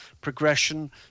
progression